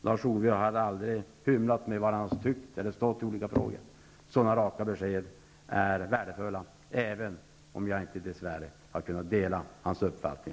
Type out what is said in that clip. Lars-Ove har aldrig hymlat med vad han har tyckt eller var han har stått i olika frågor. Sådana raka besked är värdefulla, även om jag dess värre inte alla gånger har kunnat dela hans uppfattning.